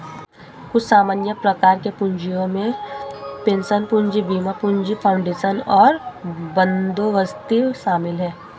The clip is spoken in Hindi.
कुछ सामान्य प्रकार के पूँजियो में पेंशन पूंजी, बीमा पूंजी, फाउंडेशन और बंदोबस्ती शामिल हैं